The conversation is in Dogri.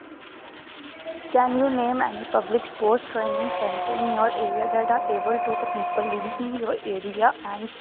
can you name and public sports training in your area Doda able to the people save in your area and